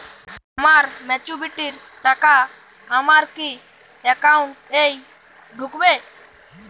আমার ম্যাচুরিটির টাকা আমার কি অ্যাকাউন্ট এই ঢুকবে?